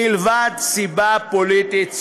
מלבד סיבה פוליטית צינית,